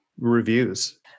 reviews